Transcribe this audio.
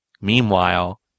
Meanwhile